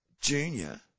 junior